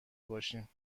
باشیم